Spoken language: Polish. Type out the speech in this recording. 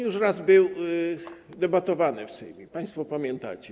Już raz nad nim debatowano w Sejmie, państwo pamiętacie.